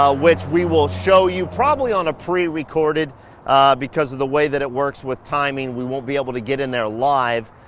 ah which we will show you probably on a prerecorded because of the way that it works with timing we won't be able to get in there live